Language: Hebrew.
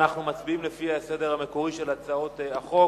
אנחנו מצביעים לפי הסדר המקורי של הצעות החוק.